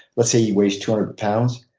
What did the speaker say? let's say he weighs two hundred pounds.